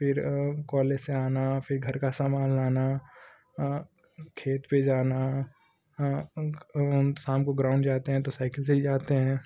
फिर कोलेज से आना फिर घर का समान लाना खेत पर जाना शाम को ग्राउंड जाते हैं तो साइकिल से ही जाते हैं